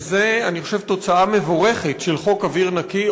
וזאת תוצאה מבורכת של חוק אוויר נקי,